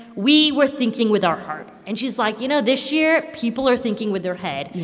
we were thinking with our heart. and she's like, you know, this year, people are thinking with their head.